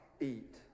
eat